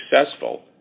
successful